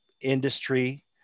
industry